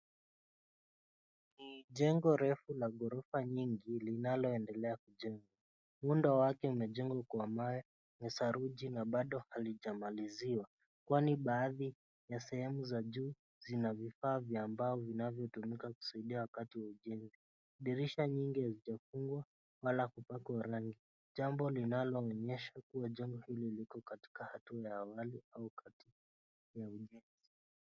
Ni jengo refu la ghorofa nyingi linaloendelea kujengwa. Muundo wake umejengwa kwa mawe na saruji na bado halijamaliziwa, kwani baadhi za sehemu ya juu ina vifaa vya mbao vinavyotumika kusaidia wakati wa ujenzi. Dirisha nyingi hazijafungwa wala kupakwa rangi jambo linaloonyesha kuwa jengo hili liko katika hatua ya awali au kati ya ujenzi.